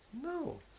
No